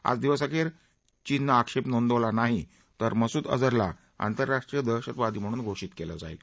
आज दिवसअखेर पर्यंत चीननं आक्षेप नोंदवला नाही तर मसूद अजहरला आंतरराष्ट्रीय दहशतवादी घोषित केलं जाईल